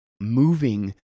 Moving